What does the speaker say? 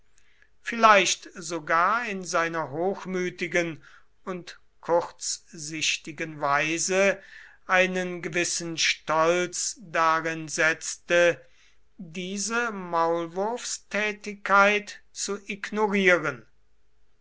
vielleicht sogar in seiner hochmütigen und kurzsichtigen weise einen gewissen stolz darein setzte diese maulwurfstätigkeit zu ignorieren